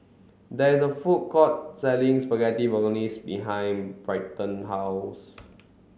there is a food court selling Spaghetti Bolognese behind Bryton's house